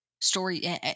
story